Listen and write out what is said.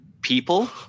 people